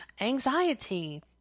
anxiety